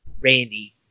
Randy